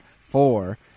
four